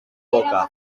boca